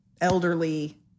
elderly